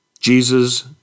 Jesus